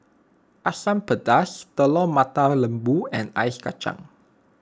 Asam Pedas Telur Mata Lembu and Ice Kachang